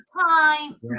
time